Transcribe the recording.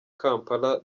kampala